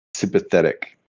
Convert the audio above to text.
Sympathetic